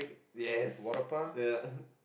yes ya